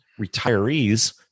retirees